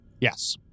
Yes